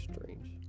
strange